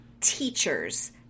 teachers